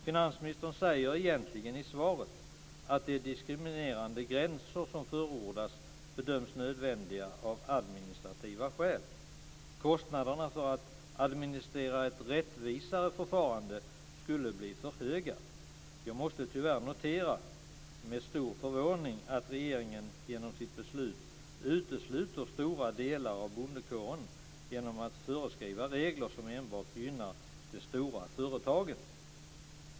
Finansministern säger egentligen i svaret att de diskriminerande gränser som förordas bedöms nödvändiga av administrativa skäl. Kostnaderna för att administrera ett rättvisare förfarande skulle bli för höga. Jag måste tyvärr notera med stor förvåning att regeringen genom sitt beslut utesluter stora delar av bondekåren genom att föreskriva regler som enbart gynnar de stora företagen.